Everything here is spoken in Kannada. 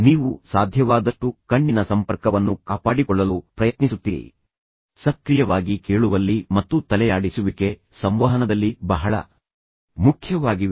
ನೀವು ಸಾಧ್ಯವಾದಷ್ಟು ಕಣ್ಣಿನ ಸಂಪರ್ಕವನ್ನು ಕಾಪಾಡಿಕೊಳ್ಳಲು ಪ್ರಯತ್ನಿಸುತ್ತೀರಿ ಸಕ್ರಿಯವಾಗಿ ಕೇಳುವಲ್ಲಿ ಮತ್ತು ತಲೆಯಾಡಿಸುವಿಕೆ ಸಂವಹನದಲ್ಲಿ ಬಹಳ ಮುಖ್ಯವಾಗಿವೆ